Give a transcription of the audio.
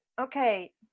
okay